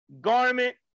garment